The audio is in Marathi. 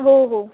हो हो